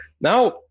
now